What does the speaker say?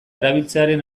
erabiltzearen